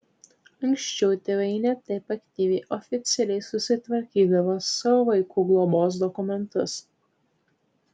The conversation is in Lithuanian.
anksčiau tėvai ne taip aktyviai oficialiai susitvarkydavo savo vaikų globos dokumentus